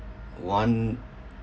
one